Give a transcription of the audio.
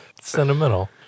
Sentimental